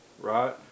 right